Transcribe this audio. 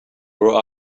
grow